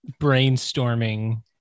brainstorming